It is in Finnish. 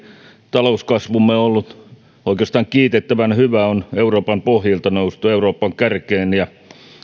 talouskasvumme on ollut oikeastaan kiitettävän hyvää euroopan pohjilta on noustu euroopan kärkeen ja